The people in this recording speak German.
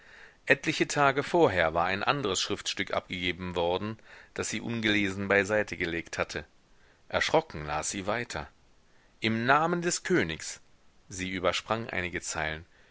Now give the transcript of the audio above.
etliche tage vorher war ein andres schriftstück abgegeben worden das sie ungelesen beiseitegelegt hatte erschrocken las sie weiter im namen des königs sie übersprang einige zeilen